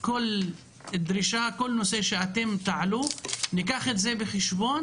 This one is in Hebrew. דרישה ונושא שאתם תעלו יילקח בחשבון